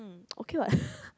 okay what